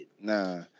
Nah